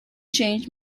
changed